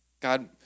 God